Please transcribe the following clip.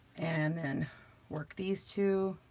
and then work these two